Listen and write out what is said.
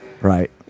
Right